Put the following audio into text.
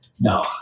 no